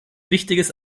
wichtiges